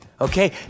Okay